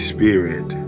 Spirit